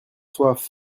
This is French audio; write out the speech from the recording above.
soif